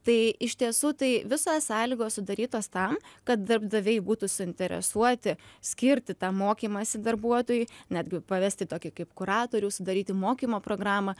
tai iš tiesų tai visos sąlygos sudarytos tam kad darbdaviai būtų suinteresuoti skirti tą mokymąsi darbuotojui netgi pavesti tokį kaip kuratorių sudaryti mokymo programą